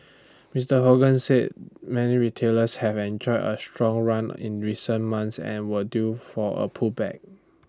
Mister Hogan said many retailers have enjoy A strong run in recent months and were due for A pullback